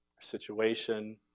situation